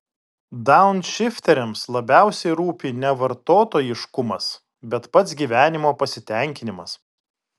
daunšifteriams labiausiai rūpi ne vartotojiškumas bet pats gyvenimo pasitenkinimas